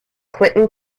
clinton